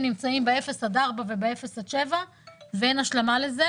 נמצאים ב-0 עד 4 וב-0 עד 7 ואין השלמה לזה,